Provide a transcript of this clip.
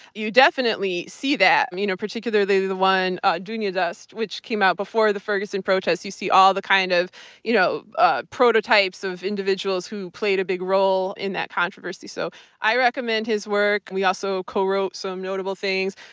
you definitely see that. you know, particularly the the one ah dunya dust, which came out before the ferguson protests. you see all the kind of you know ah prototypes of individuals playing a big role in that controversy. so i recommend his work we also co-wrote some notable things.